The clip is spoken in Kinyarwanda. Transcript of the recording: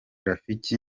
rafiki